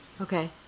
Okay